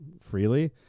freely